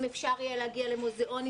אם אפשר יהיה להגיע למוזיאונים,